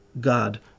God